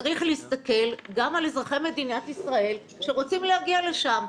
צריך להסתכל גם על אזרחי מדינת ישראל שרוצים להגיע לשם,